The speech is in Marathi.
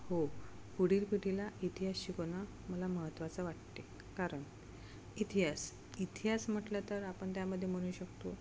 हो पुढील पिढीला इतिहास शिकवणं मला महत्त्वाचं वाटते कारण इतिहास इतिहास म्हटलं तर आपण त्यामध्ये म्हणू शकतो